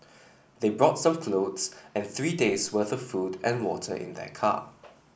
they brought some clothes and three days worth of food and water in their car